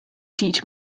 teach